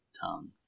tongue